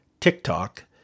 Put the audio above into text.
TikTok